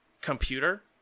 computer